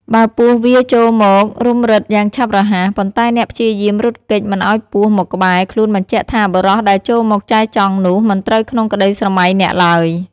បើពស់វារចូលមករុំរឹតយ៉ាងឆាប់រហ័ស ប៉ុន្តែអ្នកព្យាយាមរត់គេចមិនឲ្យពស់មកក្បែរខ្លួនបញ្ជាក់ថា បុរសដែល ចូលមកចែចង់នោះមិនត្រូវក្នុងក្តីស្រមៃអ្នកឡើយ។